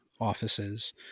offices